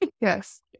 Yes